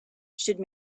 should